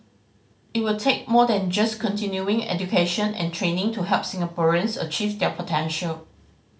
it will take more than just continuing education and training to help Singaporeans achieve their potential